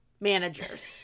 managers